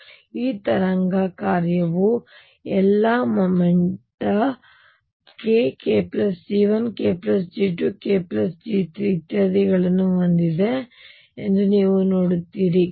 ಮತ್ತು ಈ ತರಂಗ ಕಾರ್ಯವು ಎಲ್ಲಾ momenta k k G1 k G2 k G3 ಇತ್ಯಾದಿಗಳನ್ನು ಹೊಂದಿದೆ ಎಂದು ನೀವು ನೋಡುತ್ತೀರಿ